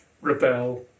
rebel